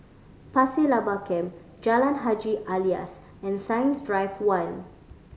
Pasir Laba Camp Jalan Haji Alias and Science Drive One